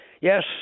yes